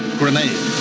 grenade